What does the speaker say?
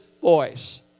voice